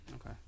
okay